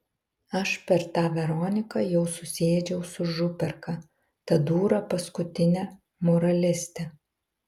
aš per tą veroniką jau susiėdžiau su župerka ta dūra paskutine moraliste